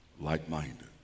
like-minded